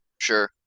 Sure